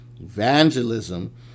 Evangelism